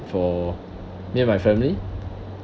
for me and my family